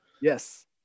yes